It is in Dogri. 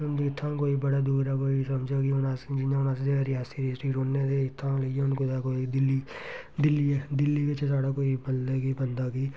उत्थुआं कोई बड़ी दूरा कोई समझो कि हून अस जियां हून अस रियासी डिस्ट्रिक रौह्ने ते उत्थुआं लेइयै कुदै कोई दिल्ली दिल्ली दिल्ली बिच्च साढ़ा कोई मतलब कि कोई बंदा